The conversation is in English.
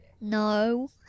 No